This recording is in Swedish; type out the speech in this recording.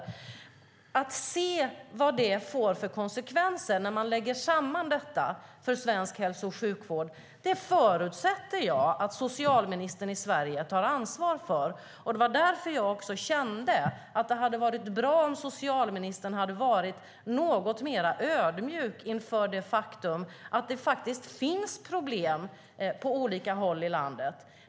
Att se vad det får för konsekvenser för svensk hälso och sjukvård när man lägger samman detta förutsätter jag att socialministern i Sverige tar ansvar för. Det var därför jag kände att det hade varit bra om socialministern hade varit något mer ödmjuk inför det faktum att det finns problem på olika håll i landet.